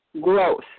growth